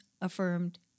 affirmed